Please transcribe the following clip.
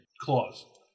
claws